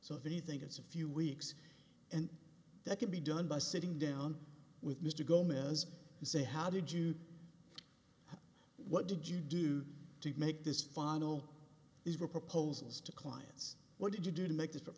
so if anything it's a few weeks and that can be done by sitting down with mr gomez to say how did you what did you do to make this final these were proposals to clients what did you do to make